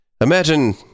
Imagine